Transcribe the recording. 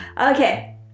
Okay